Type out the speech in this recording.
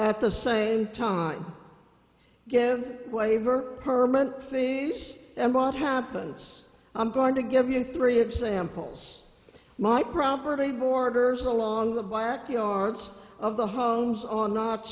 at the same time give waiver herman fees and bought happens i'm going to give you three examples my property borders along the black yards of the homes on not